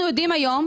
היום,